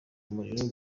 umuriro